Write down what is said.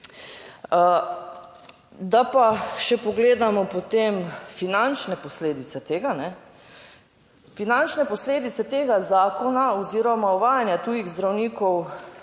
Da pa, če pogledamo potem finančne posledice tega. Finančne posledice tega zakona oziroma uvajanja tujih zdravnikov